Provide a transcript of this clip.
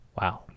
Wow